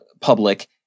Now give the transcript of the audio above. public